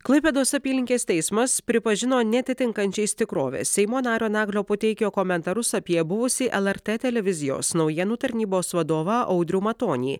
klaipėdos apylinkės teismas pripažino neatitinkančiais tikrovės seimo nario naglio puteikio komentarus apie buvusį lrt televizijos naujienų tarnybos vadovą audrių matonį